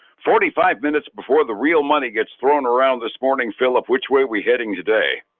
forty five minutes before the real money gets thrown around this morning, phillip, which way we're heading today?